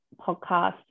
podcast